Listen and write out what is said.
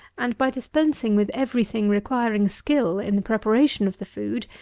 and by dispensing with everything requiring skill in the preparation of the food,